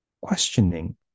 questioning